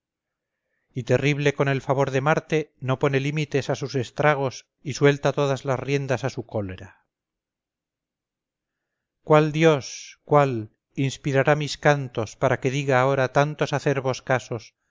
y terrible con el favor de marte no pone límites a sus estragos y suelta todas las riendas a su cólera cuál dios cuál inspirará mis cantos para que diga ahora tantos acerbos casos